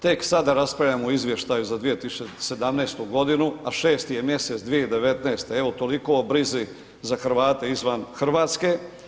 Tek sada raspravljamo o izvještaju za 2017. godinu a 6.ti je mjesec 2019. evo toliko o brizi za Hrvate izvan Hrvatske.